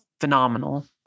phenomenal